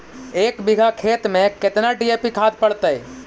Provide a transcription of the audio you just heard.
एक बिघा खेत में केतना डी.ए.पी खाद पड़तै?